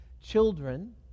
children